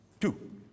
Two